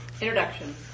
Introduction